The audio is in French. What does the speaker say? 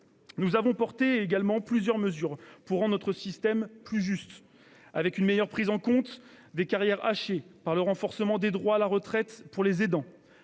Nous avons aussi adopté plusieurs mesures pour rendre notre système plus juste, par une meilleure prise en compte des carrières hachées, le renforcement des droits à la retraite des aidants,